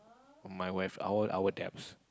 my wife our our debts